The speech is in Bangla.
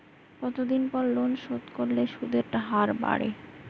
কতদিন পর লোন শোধ করলে সুদের হার বাড়ে য়ায়?